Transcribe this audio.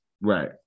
Right